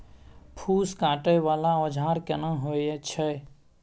फूस काटय वाला औजार केना होय छै?